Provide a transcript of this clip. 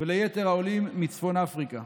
וליתר העולים מצפון אפריקה.